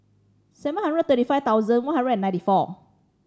seven hundred thirty five one hundred and ninety four